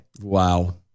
wow